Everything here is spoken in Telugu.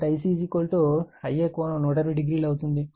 కాబట్టి Ic Ia ∠1200 అవుతుంది